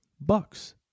bucks